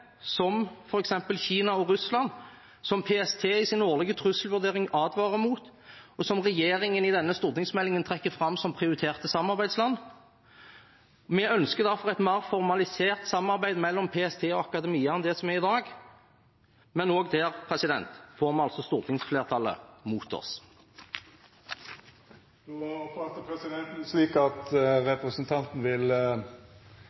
som f.eks. Kina og Russland, som PST i sin årlige trusselvurdering advarer mot, og som regjeringen i denne stortingsmeldingen trekker fram som prioriterte samarbeidsland. Vi ønsker derfor et mer formalisert samarbeid mellom PST og akademia enn det som er i dag, men også der får vi altså stortingsflertallet mot oss. Presidenten oppfattar det slik at